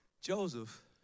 Joseph